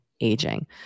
aging